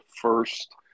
first